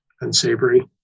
unsavory